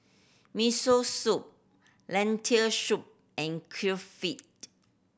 Miso Soup Lentil Soup and